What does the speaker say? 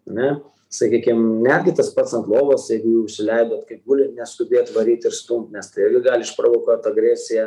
ane sakykim netgi tas pats ant lovos jeigu jau užsileidot kaip gulit neskubėt varyt ir stumt nes tai gali išprovokuot agresiją